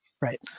right